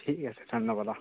ঠিক আছে ধন্যবাদ অঁ